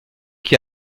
qui